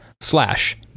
slash